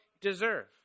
deserve